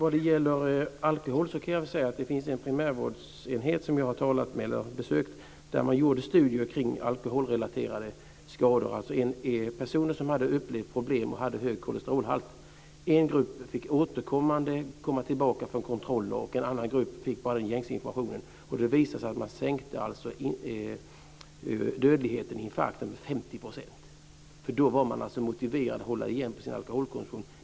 Angående alkohol kan jag säga att det finns en primärvårdsenhet som jag har talat med och besökt. Där har man gjort studier kring alkoholrelaterade skador. Det gäller personer som hade upplevt problem, och som hade hög kolesterolhalt. En grupp fick återkommande komma tillbaka för kontroller, och en annan grupp fick bara den gängse informationen. Det visade sig att man sänkte dödligheten i infarkter med 50 %. I och med detta var man motiverad att hålla igen på sin alkoholkonsumtion.